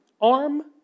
arm